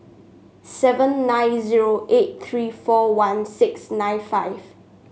seven nine zero eight three four one six nine five